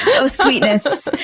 oh sweetness. ah so